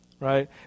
right